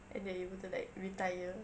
and they're able to like retire